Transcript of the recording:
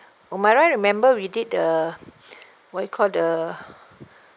umairah remember we did the what you call the